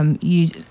Use